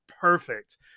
perfect